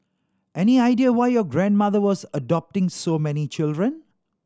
any idea why your grandmother was adopting so many children